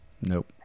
Nope